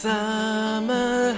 Summer